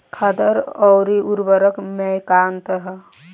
खादर अवरी उर्वरक मैं का अंतर हवे?